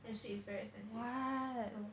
and suite is very expensive so